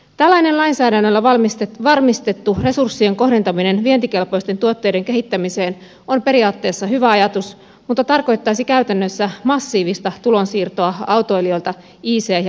tällainen lainsäädännöllä varmistettu resurssien kohdentaminen vientikelpoisten tuotteiden kehittämiseen on periaatteessa hyvä ajatus mutta tarkoittaisi käytännössä massiivista tulonsiirtoa autoilijoilta ic ja polttoaineteollisuudelle